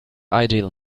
ideal